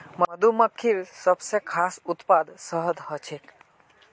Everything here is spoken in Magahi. मधुमक्खिर सबस खास उत्पाद शहद ह छेक